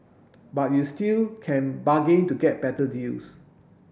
but you still can bargain to get better deals